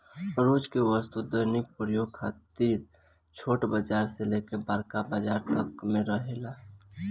रोज के वस्तु दैनिक प्रयोग खातिर छोट बाजार से लेके बड़का बाजार तक में रहेला